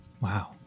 Wow